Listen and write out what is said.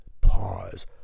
Pause